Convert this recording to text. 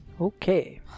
Okay